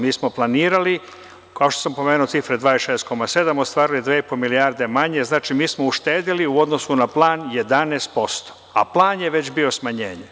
Mi smo planirali, kao što sam pomenuo cifru 26,7, ostvaruje 2,5 milijarde manje, znači, mi smo uštedeli u odnosu na plan 11%, a plan je već bio smanjenje.